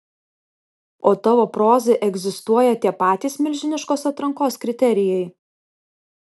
o tavo prozai egzistuoja tie patys milžiniškos atrankos kriterijai